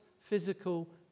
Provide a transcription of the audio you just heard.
physical